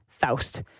Faust